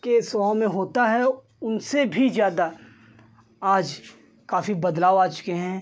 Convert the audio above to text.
के स्वभाव में होता है उनसे भी ज़्यादा आज काफ़ी बदलाव आ चुके हैं